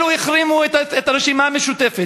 אלו החרימו את הרשימה המשותפת,